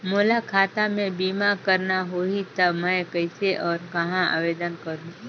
मोला खाता मे बीमा करना होहि ता मैं कइसे और कहां आवेदन करहूं?